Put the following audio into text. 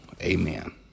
Amen